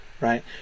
Right